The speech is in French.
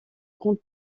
grande